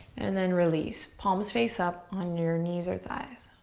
and then release, palms face up on your knees or thighs.